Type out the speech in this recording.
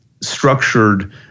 structured